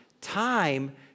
time